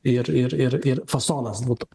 ir ir ir ir fasonas būtų